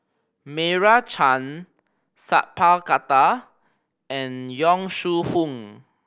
Meira Chand Sat Pal Khattar and Yong Shu Hoong